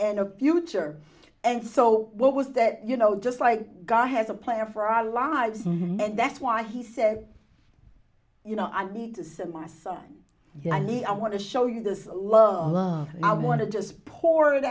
and a future and so what was that you know just like god has a plan for our lives and that's why he said you know i need to send my son i me i want to show you this love i want to just pour it